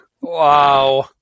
Wow